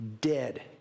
dead